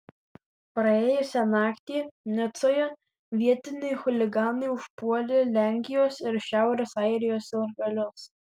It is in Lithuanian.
praėjusią naktį nicoje vietiniai chuliganai užpuolė lenkijos ir šiaurės airijos sirgalius